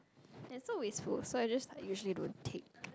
and so wasteful so I just like usually don't take